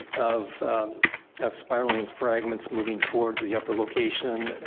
of of spiraling fragments moving towards the upper location,